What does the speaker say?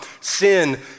sin